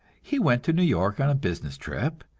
he went to new york on a business trip,